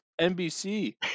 NBC